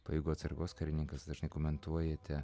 pajėgų atsargos karininkas dažnai komentuojate